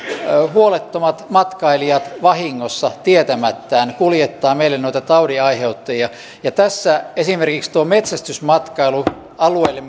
huolettomat matkailijat vahingossa tietämättään kuljettavat meille noita taudinaiheuttajia ja tässä esimerkiksi tuon metsästysmatkailun alueille